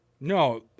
No